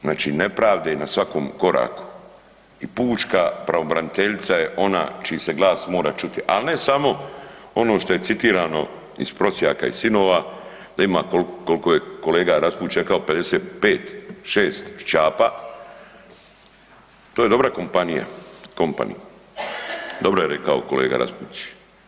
Znači nepravde na svakom koraku i pučka pravobraniteljica je ona čiji se glas mora čuti, a ne samo ono to je citirano iz „Prosjaka i sinova“ da ima koliko je kolega RAspudić rekao 55, šest šćapa to je dobra kompanija, kompany, dobro je rekao kolega Raspudić.